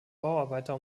bauarbeiter